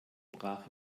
brach